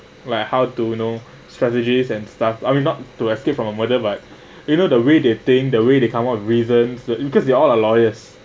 like how to you know strategies and stuff I mean not to escape from a murder but you know the way the think the way to come up with reasons because they all are lawyers